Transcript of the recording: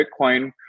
Bitcoin